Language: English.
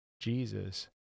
Jesus